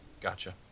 Gotcha